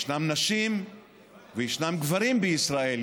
ישנן נשים וישנם גברים בישראל,